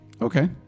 Okay